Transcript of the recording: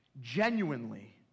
genuinely